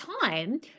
time